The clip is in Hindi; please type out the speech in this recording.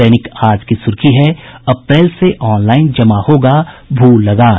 दैनिक आज की सुर्खी है अप्रैल से ऑनलाईन जमा होगा भू लगान